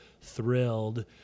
thrilled